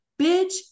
Bitch